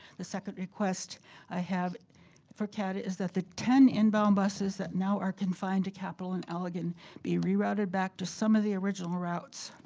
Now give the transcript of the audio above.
the second request i have for cata is that the ten inbound buses that now are confined to capital and allegan be rerouted back to some of the original routes.